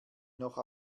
noch